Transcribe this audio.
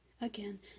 Again